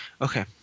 Okay